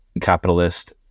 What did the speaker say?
capitalist